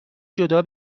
جدا